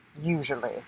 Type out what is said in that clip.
usually